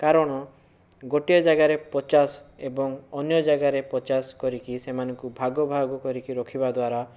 କାରଣ ଗୋଟିଏ ଜାଗାରେ ପଚାଶ ଏବଂ ଅନ୍ୟଜାଗାରେ ପଚାଶ କରିକି ସେମାନଙ୍କୁ ଭାଗ ଭାଗ କରିକି ରଖିବା ଦ୍ୱାରା